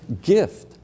gift